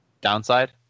downside